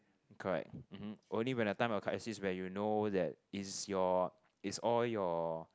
correct um hm only when the time of crisis when you know that is your is all your